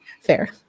fair